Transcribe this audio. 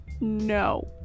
No